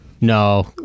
No